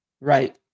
Right